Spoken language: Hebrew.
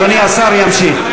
אדוני השר ימשיך.